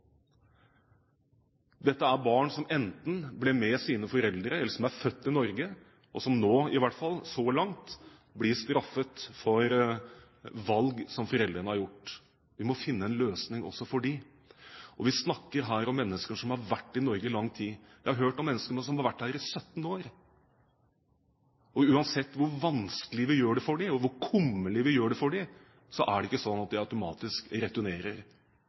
Dette er barn som enten ble med sine foreldre, eller som er født i Norge, og som nå – i hvert fall så langt – blir straffet for valg som foreldrene har gjort. Vi må finne en løsning også for dem. Vi snakker her om mennesker som har vært i Norge i lang tid. Jeg har hørt om mennesker som har vært her i 17 år. Uansett hvor vanskelig og kummerlig vi gjør det for dem, er det ikke slik at de automatisk returnerer,